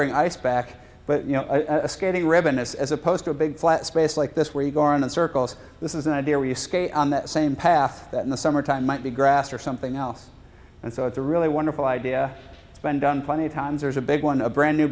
bring ice back but you know a skating ribbon as opposed to a big flat space like this where you go around in circles this is an idea where you skate on that same path that in the summertime might be grass or something else and so it's a really wonderful idea it's been done plenty of times there's a big one a brand new